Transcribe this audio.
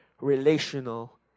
relational